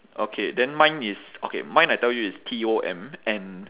okay then mine is okay mine I tell you is T O M and